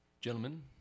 Gentlemen